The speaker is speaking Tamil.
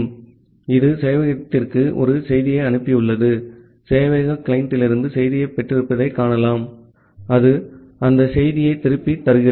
ஆகவே இது சேவையகத்திற்கு ஒரு செய்தியை அனுப்பியுள்ளது சேவையகம் கிளையண்ட்டிலிருந்து செய்தியைப் பெற்றிருப்பதைக் காணலாம் அது அந்த செய்தியைத் திருப்பித் தருகிறது